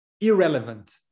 irrelevant